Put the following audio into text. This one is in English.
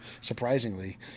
Surprisingly